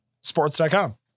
Sports.com